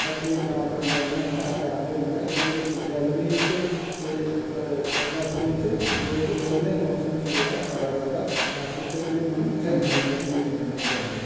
पतनीटॉप होईया नत्थाटॉप होईया एह्दे च गर्मियें च ते सर्दियें च वोक दोनें मौसम च बड़ा जादा अस उत्थे घूमन जन्ने आं दिक्खने सुनने जन्ने आं